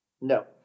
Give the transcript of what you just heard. No